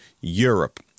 Europe